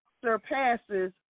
surpasses